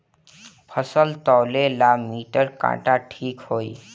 फसल तौले ला मिटर काटा ठिक होही?